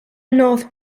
north